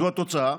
זו התוצאה,